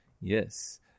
Yes